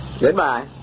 Goodbye